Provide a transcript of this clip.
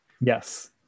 Yes